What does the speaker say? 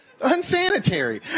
Unsanitary